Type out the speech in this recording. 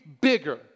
bigger